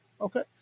Okay